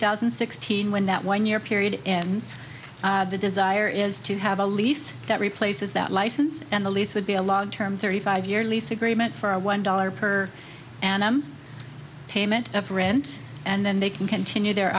thousand and sixteen when that one year period ends the desire is to have a lease that replaces that license and the lease would be a long term thirty five year lease agreement for a one dollar per annum payment of rent and then they can continue their